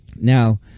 Now